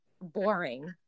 boring